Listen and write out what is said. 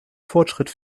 fortschritt